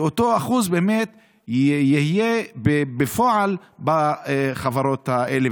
אותו אחוז יהיה בפועל בחברות האלה,